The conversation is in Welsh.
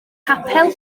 capel